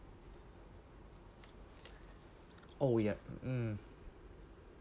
oh yup mm